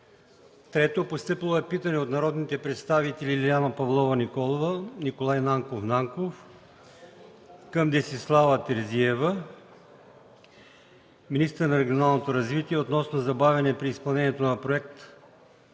г. 3. Постъпило е питане от народните представители Лиляна Павлова Николова и Николай Нанков Нанков към Десислава Терзиева – министър на регионалното развитие, относно забавяне при изпълнението на проект